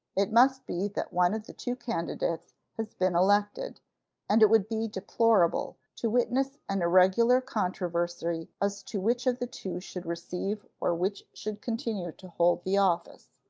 it must be that one of the two candidates has been elected and it would be deplorable to witness an irregular controversy as to which of the two should receive or which should continue to hold the office.